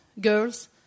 girls